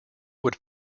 would